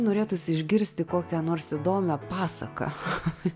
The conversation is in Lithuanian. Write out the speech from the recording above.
norėtųsi išgirsti kokią nors įdomią pasaką